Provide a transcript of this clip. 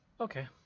Okay